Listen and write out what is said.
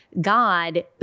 God